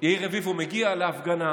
יאיר רביבו מגיע להפגנה